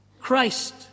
Christ